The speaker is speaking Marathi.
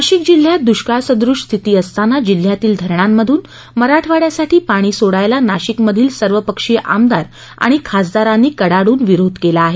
नाशिक जिल्ह्यात दुष्काळसदृश स्थिती असताना जिल्ह्यातील धरणामधून मराठवाङ्यासाठी पाणी सोडायला नाशिक मधील सर्व पक्षीय आमदार आणि खासदारांनी कडाडून विरोध केला आहे